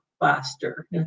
faster